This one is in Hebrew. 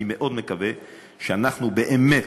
אני מאוד מקווה שאנחנו באמת,